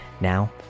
Now